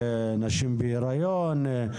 נשים בהיריון,